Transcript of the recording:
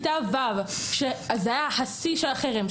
שזה היה שיא החרם.